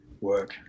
work